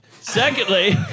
Secondly